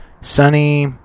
sunny